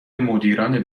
مدیران